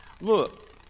Look